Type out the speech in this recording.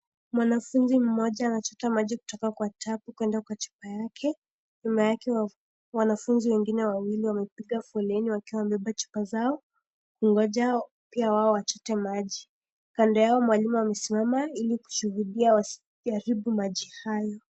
Mwanafunzi mmoja anachota maji kutoka kwa tapu kwenda kwa chupa yake nyuma yake wanafunzi wengine wawili wamepiga foleni wakiwa wamebeba chupa zao wakingoja pia wao wachote maji ,kando Yao mwalimu wao amesimama ili kushuhudia wasiharibu maji hayo.